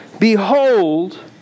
Behold